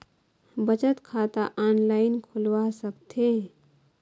बचत खाता ऑनलाइन खोलवा सकथें?